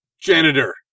Janitor